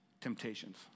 temptations